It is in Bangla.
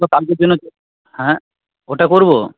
কালকের জন্য হ্যাঁ ওটা করবো